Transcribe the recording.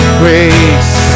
grace